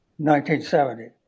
1970